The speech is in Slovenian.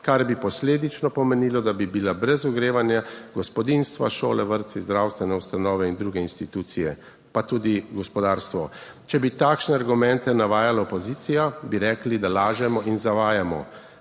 kar bi posledično pomenilo, da bi bila brez ogrevanja gospodinjstva, šole, vrtci, zdravstvene ustanove in druge institucije, pa tudi gospodarstvo. Če bi takšne argumente navajala opozicija, bi rekli, da lažemo in zavajamo,